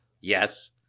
Yes